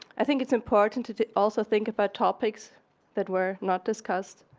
i think it's important to to also think about topics that were not discussed,